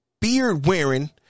beard-wearing